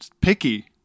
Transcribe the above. picky